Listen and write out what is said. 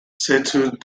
settled